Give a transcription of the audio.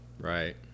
Right